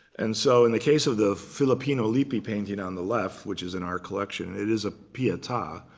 and so in the case of the filippino lippi painting on the left, which is in our collection, it is a pieta.